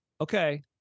okay